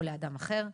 או לאדם אחר.